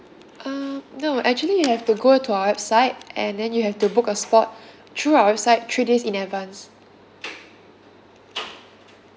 uh no actually you have to go to our website and then you have to book a spot through our website three days in advance